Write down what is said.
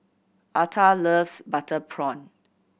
Altha loves butter prawn